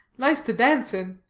nice to dance in.